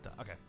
okay